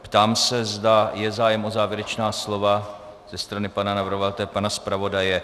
Ptám se, zda je zájem o závěrečná slova ze strany pana navrhovatele, pana zpravodaje.